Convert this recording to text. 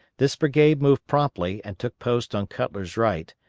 this brigade moved promptly, and took post on cutler's right,